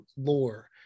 lore